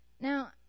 Now